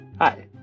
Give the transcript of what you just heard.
Hi